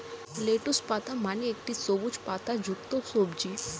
lettuce পাতা মানে একটি সবুজ পাতাযুক্ত সবজি